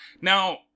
Now